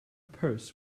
purse